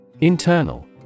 Internal